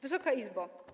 Wysoka Izbo!